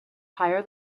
higher